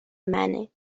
منه